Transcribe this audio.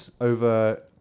over